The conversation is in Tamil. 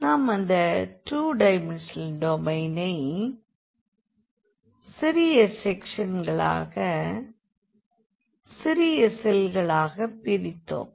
நாம் அந்த 2 டைமென்ஷனல் டொமைனை சிறிய செக்க்ஷன்களாக சிறிய செல்களாக பிரித்தோம்